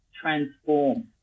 Transform